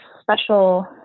special